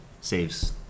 saves